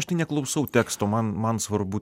aš tai neklausau teksto man man svarbu